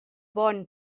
bon